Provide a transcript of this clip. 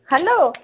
hello